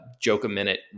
joke-a-minute